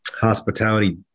hospitality